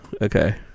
Okay